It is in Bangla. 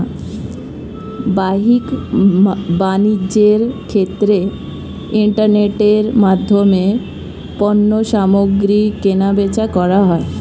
বাহ্যিক বাণিজ্যের ক্ষেত্রে ইন্টারনেটের মাধ্যমে পণ্যসামগ্রী কেনাবেচা করা হয়